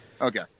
Okay